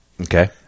okay